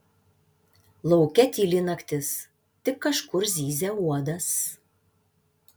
lauke tyli naktis tik kažkur zyzia uodas